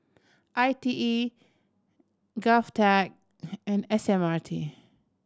I T E GovTech and S M R T